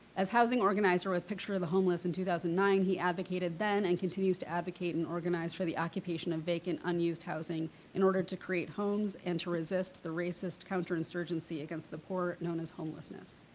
as housing organizer with picture the homeless in two thousand and nine, he advocated then and continues to advocate and organize for the occupation of vacant, unused housing in order to create homes and to resist the racist counterinsurgency against the poor known as homelessness.